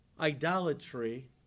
idolatry